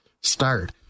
start